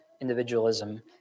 individualism